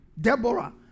Deborah